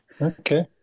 Okay